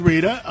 Rita